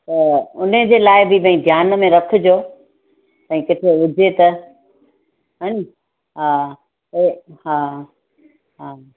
त उन जे लाए बि भई ध्यान में रखजो भई किथे हुजे त हा नि हा ओ हा हा